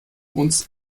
uns